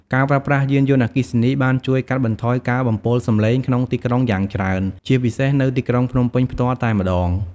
ការប្រើប្រាស់យានយន្តអគ្គីសនី បានជួយកាត់បន្ថយការបំពុលសំលេងក្នុងទីក្រុងយ៉ាងច្រើន ជាពិសេសនៅទីក្រុងភ្នំពេញផ្ទាល់តែម្ដង។